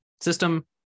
system